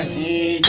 e